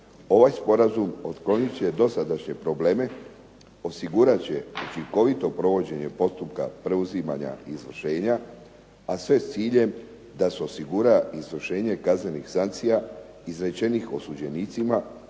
ovaj sporazum otklonit će dosadašnje probleme, osigurat će učinkovito provođenje postupka preuzimanja izvršenja, a sve s ciljem da se osigura izvršenje kaznenih sankcija izrečenih osuđenicima